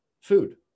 food